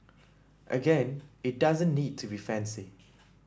again it doesn't need to be fancy